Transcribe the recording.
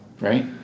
Right